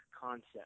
concept